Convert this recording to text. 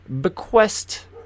Bequest